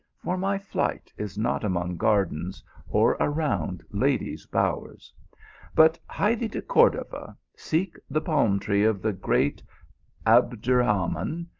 for my flight is not among gardens or around ladies bowers but hie thee to cordova, seek the palm-tree of the great abderahman.